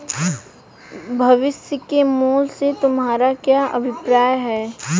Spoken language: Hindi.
भविष्य के मूल्य से तुम्हारा क्या अभिप्राय है?